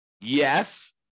Yes